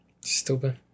stupid